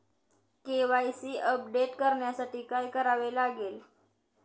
KYC update करण्यासाठी काय करावे लागेल?